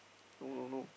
no no no